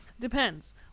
depends